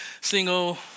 single